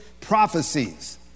prophecies